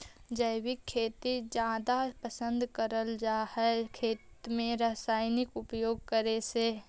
जैविक खेती जादा पसंद करल जा हे खेती में रसायन उपयोग करे से